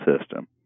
system